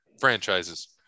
franchises